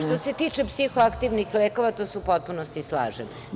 Što se tiče psihoaktivnih lekova, tu se u potpunosti slažem.